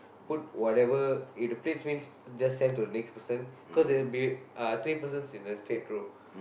put whatever if the plates means just send to the next person cause there'll be uh three persons in a straight row